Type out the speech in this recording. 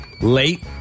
late